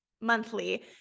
monthly